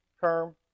term